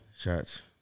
Shots